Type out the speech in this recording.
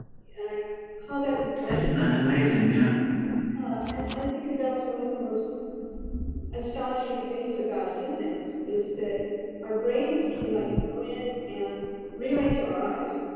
and i call that and isn't that amazing? um ah and i think that that's one of the most astonishing things about humans is that our brains can like go in and rearrange our eyes.